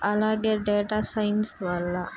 అలాగే data science వల్ల